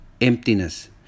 emptiness